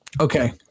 Okay